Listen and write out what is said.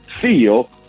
feel